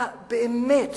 היה באמת